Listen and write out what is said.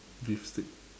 beef steak